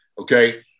okay